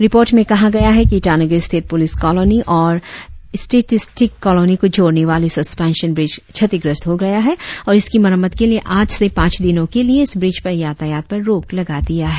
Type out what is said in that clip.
report में बताया गया है कि ईटानगर स्थित पुलिस कॉलोनी और स्टेटिसटिक कॉलोनी को जोड़ने वाली सस्पेंशन ब्रिज क्षतिग्रस्त हो गया है और इसकी मरम्मत के लिए आज से पांच दिनों के लिए इस ब्रिज पर यातायात पर रोक लगा दिया है